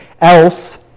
else